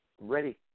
Ready